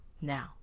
Now